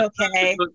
okay